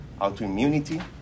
autoimmunity